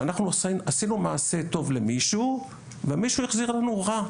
שאנחנו עשינו מעשה טוב למישהו והמישהו החזיר לנו רע,